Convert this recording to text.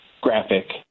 graphic